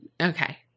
okay